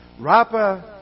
Rapa